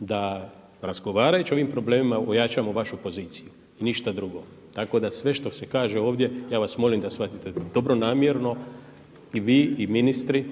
da razgovarajući o ovim problemima ojačamo vašu poziciju i ništa drugo. Tako da sve što se kaže ovdje ja vas molim da shvatite dobronamjerno i vi i ministri.